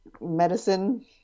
medicine